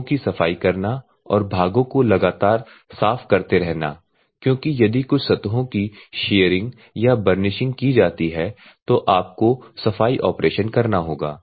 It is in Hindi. भागों की सफाई करना और भागों को लगातार साफ करते रहना क्योंकि यदि कुछ सतहों की शियरिंग या बर्निशिंग की जाती है तो आपको सफाई ऑपरेशन करना होगा